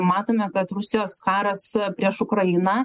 matome kad rusijos karas prieš ukrainą